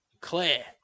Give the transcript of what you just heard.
Claire